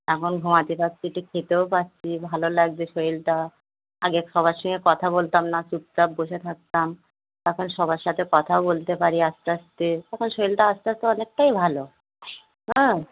এখন ঘুমাতে পারছি একটু খেতেও পারছি ভালো লাগছে শরীরটা আগে সবার সঙ্গে কথা বলতাম না চুপচাপ বসে থাকতাম এখন সবার সাথে কথা বলতে পারি আস্তে আস্তে এখন শরীরটা আস্তে আস্তে অনেকটাই ভালো হ্যাঁ